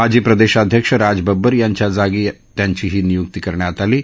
माजी प्रदेशाध्यक्ष राज बब्बर यांच्या जागी त्यांची ही नियुक्ती करण्यात आली आहे